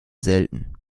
selten